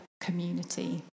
community